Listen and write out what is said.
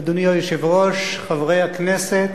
אדוני היושב-ראש, חברי הכנסת,